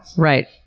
right.